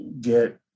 get